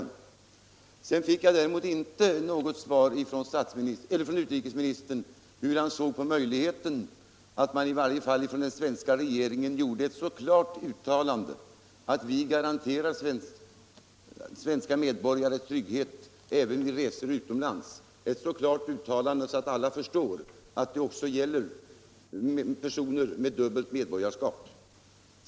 Om tillämpningen i Utrikesministern svarade däremot inte på min fråga om hur han såg Sovjetunionen av på möjligheten att den svenska regeringen i varje fall skulle göra ett — Helsingforsavtalets klart uttalande om att svenska medborgare garanterades trygghet vid bestämmelser resor utomlands. Ett sådant uttalande skulle i detta fall göras så klart att alla förstod att det också gällde personer med dubbelt medborgarskap.